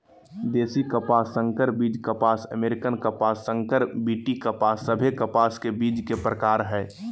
देशी कपास, संकर बीज कपास, अमेरिकन कपास, संकर बी.टी कपास सभे कपास के बीज के प्रकार हय